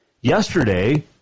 Yesterday